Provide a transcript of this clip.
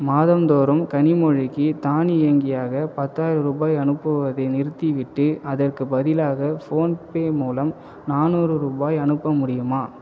மாதந்தோறும் கனிமொழிக்கு தானியங்கியாக பத்தாயிரம் ரூபாய் அனுப்புவதை நிறுத்திவிட்டு அதற்குப் பதிலாக ஃபோன்பே மூலம் நானூறு ரூபாய் அனுப்ப முடியுமா